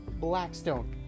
Blackstone